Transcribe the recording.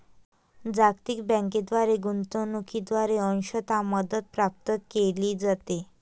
जागतिक बँकेद्वारे गुंतवणूकीद्वारे अंशतः मदत प्राप्त केली जाते